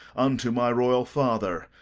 unto my royal father,